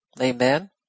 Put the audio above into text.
amen